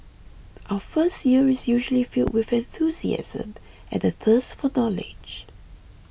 our first year is usually filled with enthusiasm and the thirst for knowledge